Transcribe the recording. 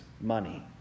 money